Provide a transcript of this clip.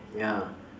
ya